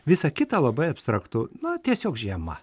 visa kita labai abstraktu na tiesiog žiema